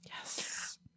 yes